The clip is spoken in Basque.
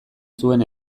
zuen